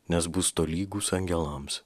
nes bus tolygūs angelams